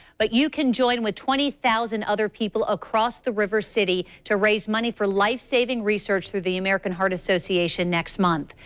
but you can join with twenty thousand other people across the river city to raise money for lifesaving research through the american heart association next month.